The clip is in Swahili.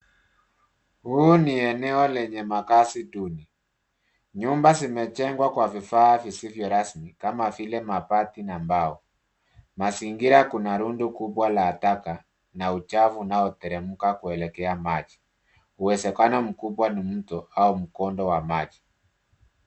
Huu ni eneo lenye makazi duni. Nyumba zimejengwa kwa vifaa visivyo rasmi kama vile mabati na mbao. Mazingira kuna rundo kubwa la taka na uchafu unaoteremka kuelekea maji. Uwezekano mkubwa ni mto au mkondo wa maji.